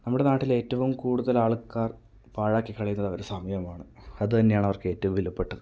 നമ്മുടെ നാട്ടിൽ ഏറ്റവും കൂടുതലാൾക്കാർ പാഴാക്കി കളയുന്നത് അവരുടെ സമയമാണ് അത് തന്നെയാണ് അവർക്ക് ഏറ്റവും വിലപ്പെട്ടത്